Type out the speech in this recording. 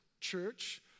church